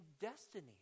destiny